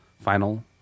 final